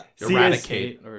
Eradicate